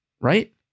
right